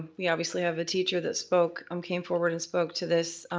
we obviously have a teacher that spoke, um came forward and spoke to this.